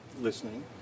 listening